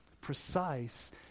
precise